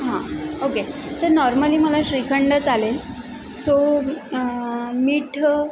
हां ओके तर नॉर्मली मला श्रीखंड चालेल सो मीठ